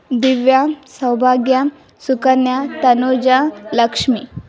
Divya Saubhagya Sukanya Tanuja Lakshmi